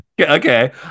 Okay